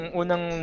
unang